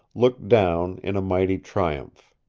looked down in a mighty triumph.